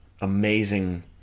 amazing